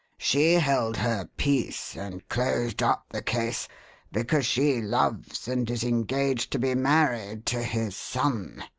she held her peace and closed up the case because she loves and is engaged to be married to his son,